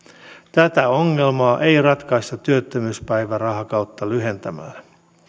tätä ongelmaa ei ratkaista työttömyyspäivärahakautta lyhentämällä